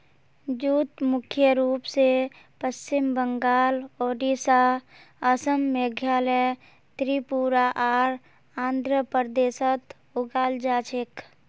jute मुख्य रूप स पश्चिम बंगाल, ओडिशा, असम, मेघालय, त्रिपुरा आर आंध्र प्रदेशत उगाल जा छेक